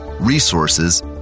resources